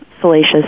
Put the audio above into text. salacious